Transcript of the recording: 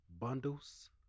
bundles